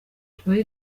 tubahe